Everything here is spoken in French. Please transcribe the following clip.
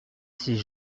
ces